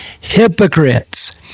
hypocrites